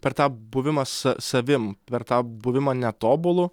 per tą buvimą s savim per tą buvimą netobulu